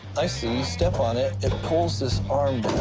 i see. you step on it, it pulls this arm